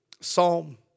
psalm